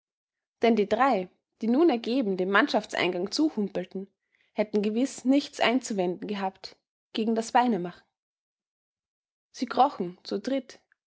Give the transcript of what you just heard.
denn die drei die nun ergeben dem mannschaftseingang zuhumpelten hätten gewiß nichts einzuwenden gehabt gegen das beinemachen sie krochen zu dritt